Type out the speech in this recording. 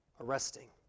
Arresting